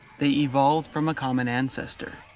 they evolved from a common ancestor.